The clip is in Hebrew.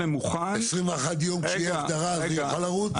21 יום, כשתהיה אסדרה, הוא יוכל לרוץ?